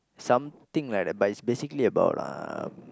something like that but it's basically about uh